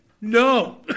No